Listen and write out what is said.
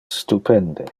stupende